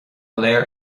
léir